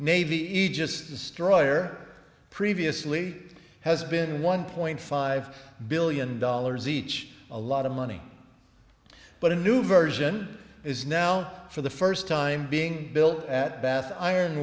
aegis destroyer previously has been one point five billion dollars each a lot of money but a new version is now for the first time being built at bath iron